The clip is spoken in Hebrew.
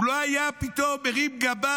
הוא לא היה פתאום מרים גבה,